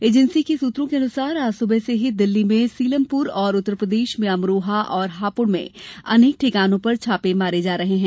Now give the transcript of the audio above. agency के सूत्रों के अनुसार आज सुबह से ही दिल्ली में सीलमपुर और उत्तर प्रदेश में अमरोहा और हापुड़ में अनेक ठिकानों पर छापे मारे जा रहे हैं